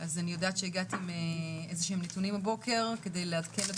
אז אני יודעת שהגעת עם איזה שהם נתונים הבוקר כדי לעדכן את